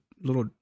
little